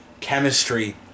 Chemistry